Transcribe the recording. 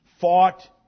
fought